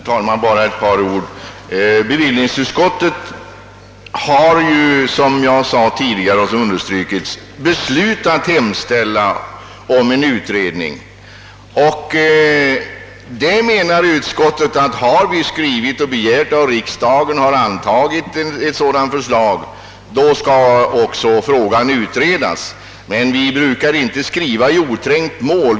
Herr talman! Bara ett par ord. Bevillningsutskottet har, som jag tidigare sade och som här ytterligare understrukits, hemställt om en utredning. Utskottet menar nu att har riksdagen antagit ett förslag om skrivelse med begäran om utredning, då skall också frågan utredas. Men vi brukar inte skriva i oträngt mål.